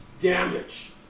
damage